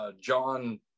John